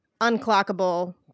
unclockable